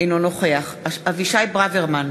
אינו נוכח אבישי ברוורמן,